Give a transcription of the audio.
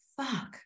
fuck